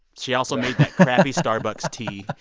she also made that crappy starbucks tea.